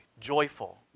joyful